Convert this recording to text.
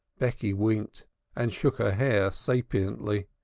becky winked and shook her head sapiently.